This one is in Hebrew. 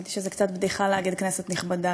האמת היא שזו בדיחה להגיד "כנסת נכבדה"